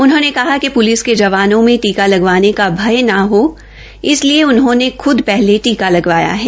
उन्होंने कहा कि प्लिस के जवानों में टीका लगवाने का भय न हो इसलिए उन्होंने खूद पहले टीका लगवाया है